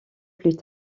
plus